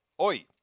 Oi